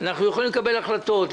אנחנו יכולים לקבל החלטות,